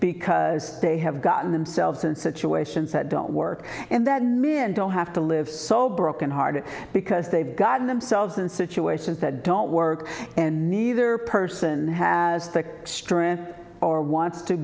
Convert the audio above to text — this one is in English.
because they have gotten themselves in situations that don't work and that men don't have to live so broken hearted because they've gotten themselves in situations that don't work and neither person has the strength or wants to